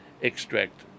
extract